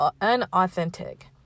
unauthentic